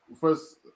first